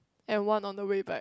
and one on the way back